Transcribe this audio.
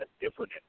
different